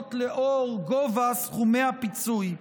וזאת לאור גובה סכומי הפיצוי.